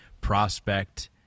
prospect